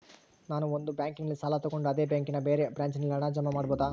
ನಾನು ಒಂದು ಬ್ಯಾಂಕಿನಲ್ಲಿ ಸಾಲ ತಗೊಂಡು ಅದೇ ಬ್ಯಾಂಕಿನ ಬೇರೆ ಬ್ರಾಂಚಿನಲ್ಲಿ ಹಣ ಜಮಾ ಮಾಡಬೋದ?